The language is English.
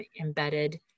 embedded